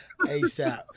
ASAP